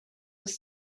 was